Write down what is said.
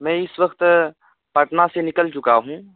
میں اس وقت پٹنہ سے نکل چکا ہوں